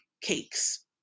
cakes